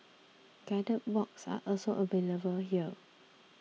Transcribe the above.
guided walks are also available here